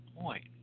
point